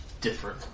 different